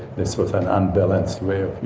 this was an unbalanced way